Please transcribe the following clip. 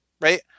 Right